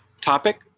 topic